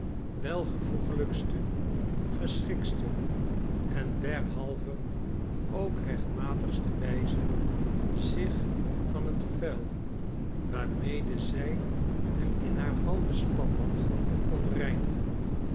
welvoegelijkste geschikste en derhalve ook rechtmatigste wijze zich van het vuil waarmede zij hem in haar val bespat had kon reinigen